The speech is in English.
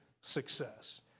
success